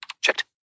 Checked